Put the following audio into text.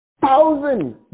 thousand